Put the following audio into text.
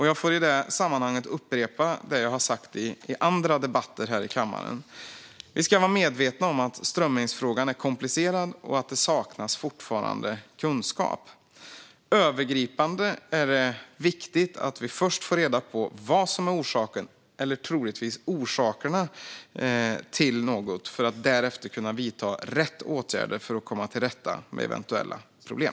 Jag får i det sammanhanget upprepa det jag sagt i andra debatter här i kammaren: Vi ska vara medvetna om att strömmingsfrågan är komplicerad och att det fortfarande saknas kunskap. Övergripande är det viktigt att vi först får reda på vad som är orsaken eller, troligtvis, orsakerna till något för att därefter kunna vidta rätt åtgärder för att komma till rätta med eventuella problem.